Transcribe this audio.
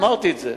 אמרתי את זה.